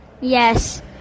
Yes